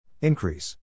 Increase